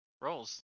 rolls